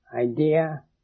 idea